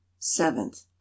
Seventh